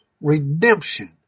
redemption